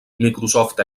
microsoft